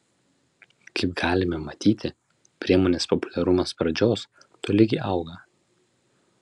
kaip galime matyti priemonės populiarumas pradžios tolygiai auga